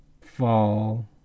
fall